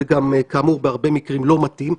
זה גם כאמור בהרבה מקרים לא מתאים.